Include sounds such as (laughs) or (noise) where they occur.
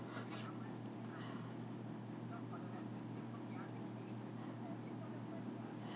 (laughs)